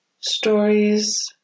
Stories